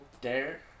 Dare